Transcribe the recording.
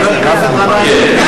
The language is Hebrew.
חבר הכנסת גנאים מתמצא.